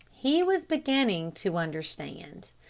he was beginning to understand.